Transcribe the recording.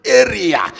area